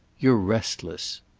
you're restless.